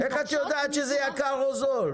איך את יודעת שזה יקר או זול?